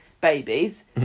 babies